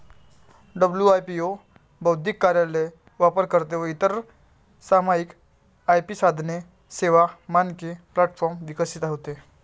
WIPO बौद्धिक कार्यालय, वापरकर्ते व इतर सामायिक आय.पी साधने, सेवा, मानके प्लॅटफॉर्म विकसित होते